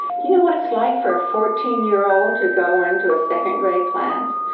you know what it's like for a fourteen year old to go into a second grade class?